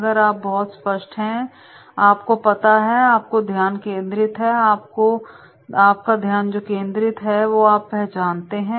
अगर आप बहुत स्पष्ट है आपको पता हैआपका ध्यान केंद्रित है अगर तो ध्यान केंद्रित करते हैं और आप पहचानते है